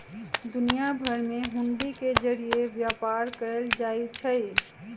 दुनिया भर में हुंडी के जरिये व्यापार कएल जाई छई